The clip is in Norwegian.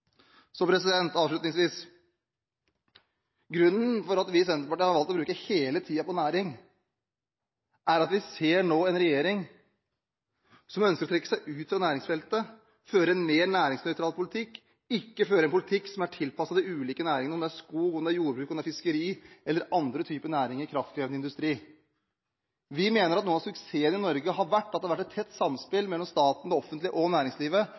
Så avslutningsvis: Grunnen til at vi i Senterpartiet har valgt å bruke hele taletiden på næringspolitikk, er at vi nå ser en regjering som ønsker å trekke seg ut fra næringsfeltet, som vil føre en mer næringsnøytral politikk, og som ikke vil føre en politikk som er tilpasset de ulike næringene, om det er skog, jordbruk, fiskeri eller andre typer næringer i kraftkrevende industri. Vi mener at noe av suksessen i Norge har vært at det har vært et tett samspill mellom staten, det offentlige og næringslivet,